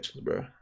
bro